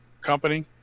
company